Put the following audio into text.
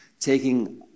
taking